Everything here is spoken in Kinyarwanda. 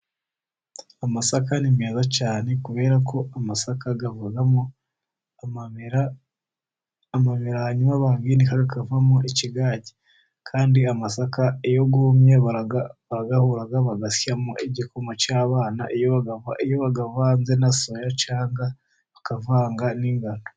Amasaka ni meza cyane, kubera ko amasaka avamo amamera, amamera hanyuma bayinika akavamo ikigage, kandi amasaka iyo yumye barayahura bagastyamo igikoma cy'abana, iyo iyo bayavanze na soya cyangwa bakavanga n'ingano.